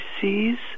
sees